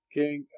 king